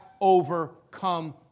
overcome